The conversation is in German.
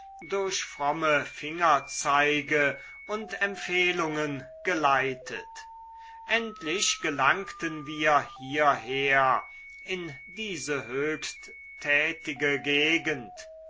durch fromme fingerzeige und empfehlungen geleitet endlich gelangten wir hierher in diese höchst tätige gegend